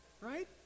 right